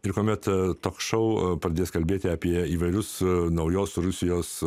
ir kuomet tok šou pradės kalbėti apie įvairius naujos rusijos